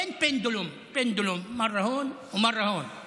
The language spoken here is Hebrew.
אין פנדולום, (אומר בערבית: פעם ככה ופעם ככה.)